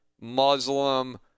Muslim